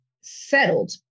settled